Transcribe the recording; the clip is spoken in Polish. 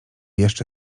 jeszcze